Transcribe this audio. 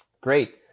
Great